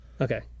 Okay